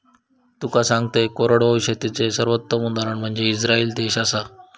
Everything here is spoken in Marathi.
तुका सांगतंय, कोरडवाहू शेतीचे सर्वोत्तम उदाहरण म्हनजे इस्राईल देश आसा